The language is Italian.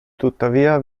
tuttavia